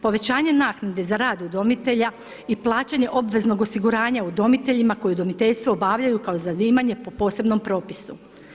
Povećanje naknade za rad udomitelja i plaćanje obveznog osiguranja udomiteljima koji udomiteljstvo obavljaju kao zanimanje po posebnom propisu.